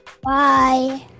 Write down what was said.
Bye